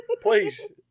Please